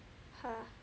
ha